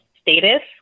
status